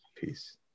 Peace